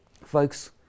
Folks